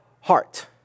heart